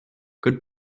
good